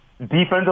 defensive